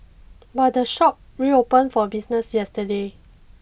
but the shop reopened for business yesterday